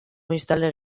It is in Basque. biztanle